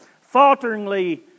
falteringly